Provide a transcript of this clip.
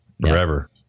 forever